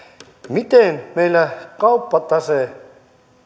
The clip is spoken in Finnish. miten meillä kauppatase